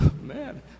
Man